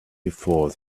before